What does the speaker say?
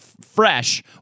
fresh